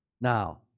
Now